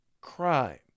crime